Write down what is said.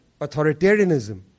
authoritarianism